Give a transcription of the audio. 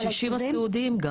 זה גם הקשישים הסיעודיים.